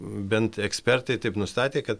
bent ekspertai taip nustatė kad